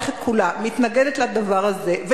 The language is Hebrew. מתנגדת לדבר הזה,